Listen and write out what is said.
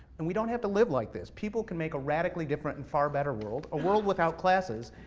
and we don't have to live like this. people can make a radically different, and far better world, a world without classes,